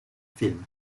film